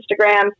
Instagram